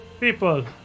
people